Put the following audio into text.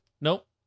Nope